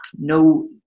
no